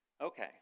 Okay